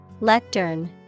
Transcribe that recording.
Lectern